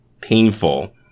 painful